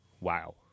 Wow